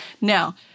Now